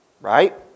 right